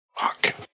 fuck